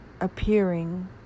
appearing